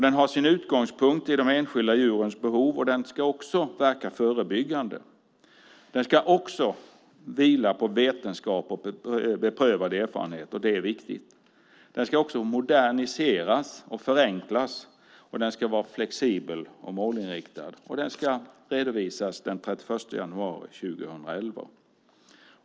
Den har sin utgångspunkt i de enskilda djurens behov. Den ska också verka förebyggande, och den ska vila på vetenskap och beprövad erfarenhet. Det är viktigt. Den ska även modernisera och förenkla. Den ska vara flexibel och målinriktad, och den ska redovisas den 31 januari 2011.